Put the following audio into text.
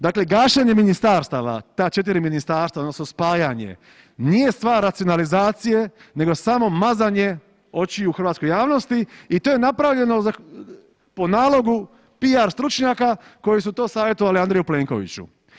Dakle, gašenje ministarstava, ta 4 ministarstava, odnosno spajanje, nije stvar racionalizacije nego samo mazanje očiju hrvatskoj javnosti i to je napravljeno za po nalogu PR stručnjaka koji su to savjetovali Andreju Plenkoviću.